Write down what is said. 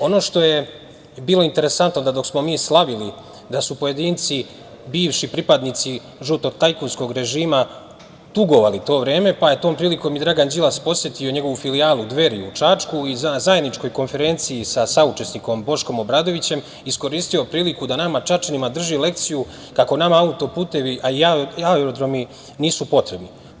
Ono što je bilo interesantno dok smo mi slavili da su pojedinci, bivši pripadnici žutog tajkunskog režima tugovali u to vreme, pa je tom prilikom Dragan Đilas posetio njegovu filijalu Dveri u Čačku i na zajedničkoj konferenciji sa saučesnikom Boškom Obradovićem iskoristio priliku da nama Čačanima drži lekciju kako nama auto-putevi i aerodromi nisu potrebni.